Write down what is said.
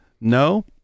no